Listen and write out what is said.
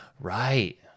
right